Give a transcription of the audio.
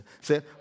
Say